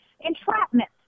Entrapment